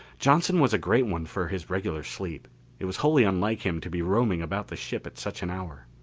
johnson was a great one for his regular sleep it was wholly unlike him to be roaming about the ship at such an hour.